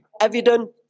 evident